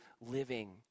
living